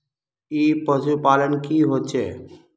ई पशुपालन की होचे?